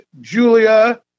Julia